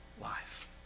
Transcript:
life